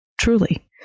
Truly